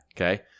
Okay